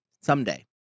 Someday